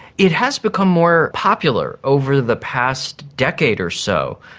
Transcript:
it has become more popular over the past decade or so.